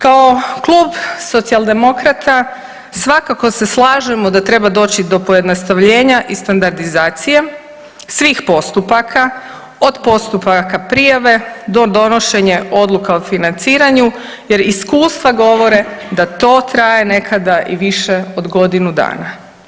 Kao klub socijaldemokrata svakako se slažemo da treba doći do pojednostavljenja i standardizacije svih postupaka, od postupaka prijave do donošenja odluke o financiranju jer iskustva govore da to traje nekada i više od godinu dana.